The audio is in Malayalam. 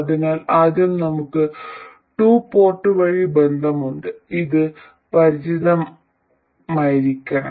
അതിനാൽ ആദ്യം നമുക്ക് ടു പോർട്ട് വഴി ബന്ധമുണ്ട് ഇത് പരിചിതമായിരിക്കണം